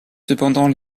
cependant